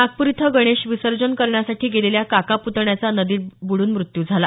नागपूर इथं गणेश विसर्जन करण्यासाठी गेलेल्या काका पुतण्याचा नदीत बुडून मृत्यू झाला